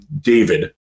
David